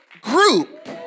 group